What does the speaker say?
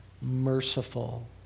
merciful